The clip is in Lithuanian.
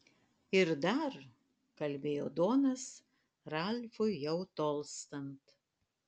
ir dar kalbėjo donas ralfui jau tolstant